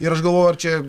ir aš galvoju ar čia